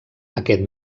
aquest